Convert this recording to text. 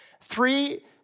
Three